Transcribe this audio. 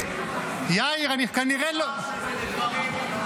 אבל זה לא מה שהוא אומר.